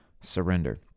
surrender